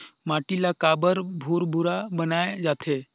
माटी ला काबर भुरभुरा बनाय जाथे?